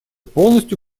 полностью